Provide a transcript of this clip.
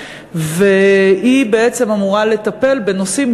והיא בעצם אמורה לטפל בנושאים,